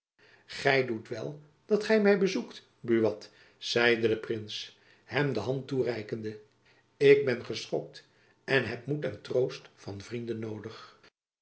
gy doet wel dat gy my bezoekt buat zeide de prins hem de hand toereikende ik ben geschokt en heb moed en troost van vrienden noodig